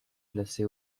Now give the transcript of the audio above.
classé